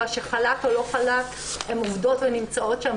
שחל"ת או לא חל"ת הן עובדות ונמצאות שם,